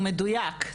הוא מדויק.